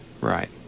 right